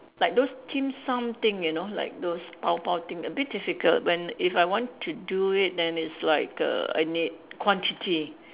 like those dim-sum thing you know like those bao bao thing a bit difficult when if I want to do it then it's like err I need quantity